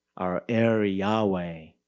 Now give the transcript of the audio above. our aery yahweh.